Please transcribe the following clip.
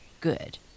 good